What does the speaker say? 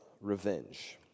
Revenge